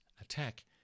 attack